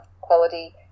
quality